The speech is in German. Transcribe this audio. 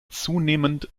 zunehmend